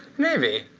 maybe.